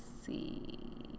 see